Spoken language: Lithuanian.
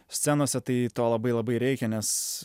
scenose tai to labai labai reikia nes